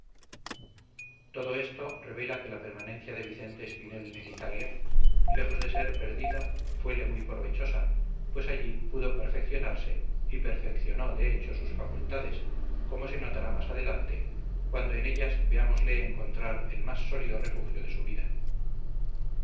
todo estos revela que la permanencia de vicente espinel en italia lejos de ser perdida fuele muy provechosa pues allí pudo perfeccionarse y perfeccionó de hecho sus facultades como se notará más adelante cuando en ellas veámosle encontrar el más sólido refugio de su vida